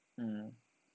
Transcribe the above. mm